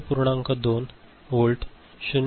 2 volt 0